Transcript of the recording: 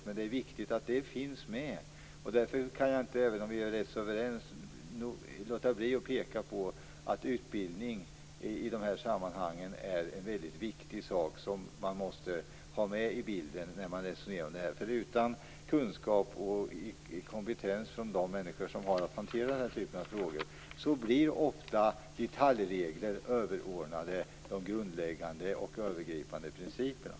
Men det är viktigt att denna förmåga finns med. Även om vi är överens, kan jag inte låta bli att peka på att utbildning är en viktig sak som måste finnas med i bilden. Utan kunskap och kompetens hos de människor som har att hantera denna typ av frågor blir ofta detaljregler överordnade de grundläggande och övergripande principerna.